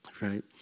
right